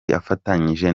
afatanije